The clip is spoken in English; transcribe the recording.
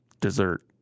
dessert